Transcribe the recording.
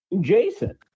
Jason